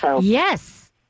Yes